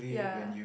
yeah